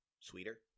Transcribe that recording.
sweeter